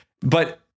But-